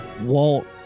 Walt